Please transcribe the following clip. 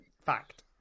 fact